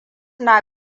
na